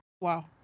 Wow